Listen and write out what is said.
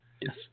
yes